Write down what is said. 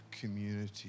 community